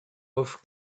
off